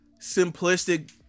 simplistic